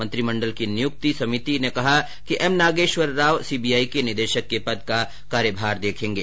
मंत्रिमंडल की नियुक्ति समिति ने कहा है कि M Nageswara Rao C B I के निदेशक के पद का कार्यभार देखेंगे